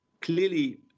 clearly